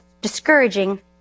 discouraging